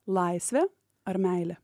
laisvė ar meilė